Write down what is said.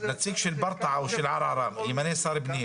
נציג של ברטעה או של ערערה ימנה שר הפנים,